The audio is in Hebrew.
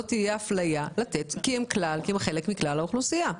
תהיה אפליה כי הם חלק מכלל האוכלוסייה.